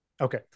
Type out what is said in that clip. Okay